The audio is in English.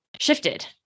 shifted